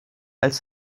als